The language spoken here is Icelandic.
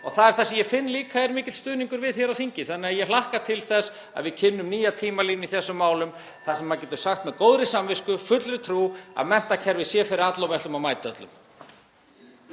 og það er það sem ég finn líka að er mikill stuðningur við hér á þingi. (Forseti hringir.) Ég hlakka til þess að við kynnum nýja tímalínu í þessum málum þar sem maður getur sagt með góðri samvisku, í fullri trú, að menntakerfið sé fyrir alla og við ætlum að mæta öllum.